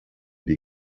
die